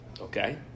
okay